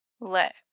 let